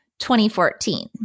2014